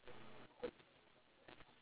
wait what what was your question